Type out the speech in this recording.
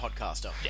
podcaster